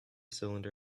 cylinder